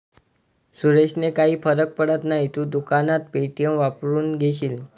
सुरेशने काही फरक पडत नाही, तू दुकानात पे.टी.एम वापरून घेशील